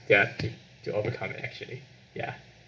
anything to overcome it actually ya